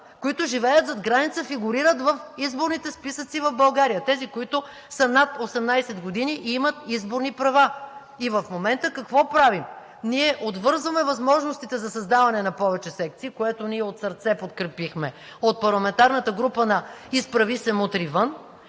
които живеят зад граница, фигурират в изборните списъци в България. Тези, които са над 18 години и имат изборни права. И в момента какво правим? Отвързваме възможностите за създаване на повече секции, което ние от сърце подкрепихме от парламентарната група на „Изправи се! Мутри вън!“.